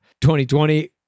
2020